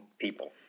people